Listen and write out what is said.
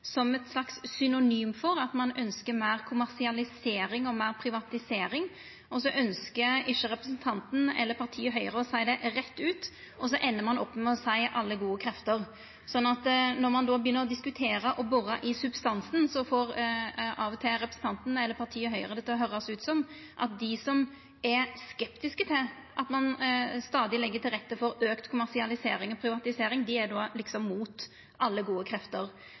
som eit slags synonym for at ein ønskjer meir kommersialisering og meir privatisering, og så ønskjer ikkje representanten eller partiet Høgre å seia det rett ut, og ein endar opp med å seia «alle gode krefter». Når ein då begynner å diskutera og bora i substansen, får av og til representanten eller partiet Høgre det til å høyrast ut som at dei som er skeptiske til at ein stadig legg til rette for auka kommersialisering og privatisering, liksom er imot alle gode krefter.